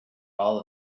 all